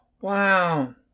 Wow